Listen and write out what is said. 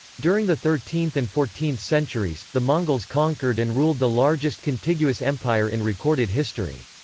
during the thirteenth and fourteenth centuries, the mongols conquered and ruled the largest contiguous empire in recorded history.